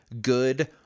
good